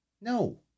No